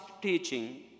teaching